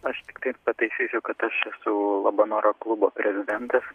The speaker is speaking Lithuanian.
aš tiktai pataisysiu kad aš esu labanoro klubo prezidentas